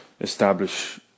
establish